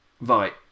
Right